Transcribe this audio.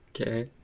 Okay